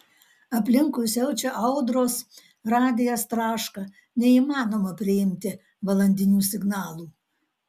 aplinkui siaučia audros radijas traška neįmanoma priimti valandinių signalų